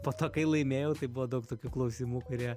po to kai laimėjau tai buvo daug tokių klausimų kurie